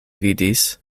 vidis